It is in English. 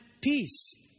peace